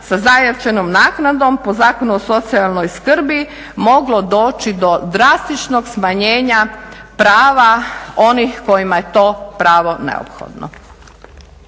sa zajamčenom naknadom po Zakonu o socijalnoj skrbi moglo doći do drastičnog smanjenja prava onih kojima je to pravo neophodno.